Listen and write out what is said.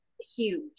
huge